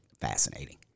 fascinating